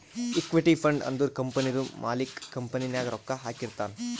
equity fund ಅಂದುರ್ ಕಂಪನಿದು ಮಾಲಿಕ್ಕ್ ಕಂಪನಿ ನಾಗ್ ರೊಕ್ಕಾ ಹಾಕಿರ್ತಾನ್